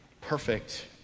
perfect